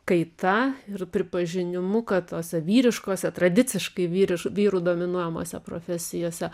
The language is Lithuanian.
kaita ir pripažinimu kad tose vyriškose tradiciškai vyriš vyrų dominuojamose profesijose